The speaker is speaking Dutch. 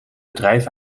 bedrijf